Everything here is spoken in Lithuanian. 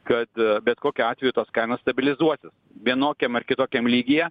kad bet kokiu atveju tos kainos stabilizuosis vienokiam ar kitokiam lygyje